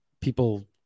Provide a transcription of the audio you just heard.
people